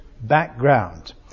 background